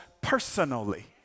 personally